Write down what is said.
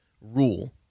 rule